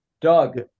doug